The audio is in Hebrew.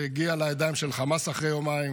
זה הגיע לידיים של חמאס אחרי יומיים.